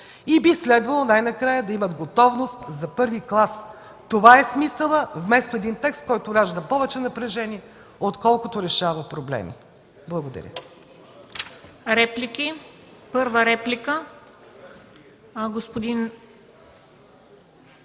и би следвало най-накрая да имат готовност за първи клас. Това е смисълът, вместо един текст, който ражда повече напрежение, отколкото решава проблеми. Благодаря